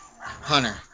hunter